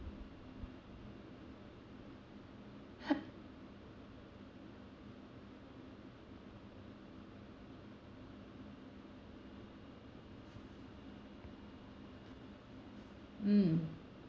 mm